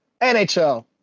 NHL